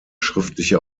schriftliche